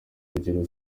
rugerero